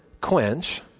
quench